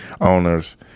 owners